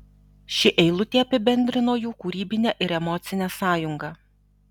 ši eilutė apibendrino jų kūrybinę ir emocinę sąjungą